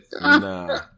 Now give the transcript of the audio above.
Nah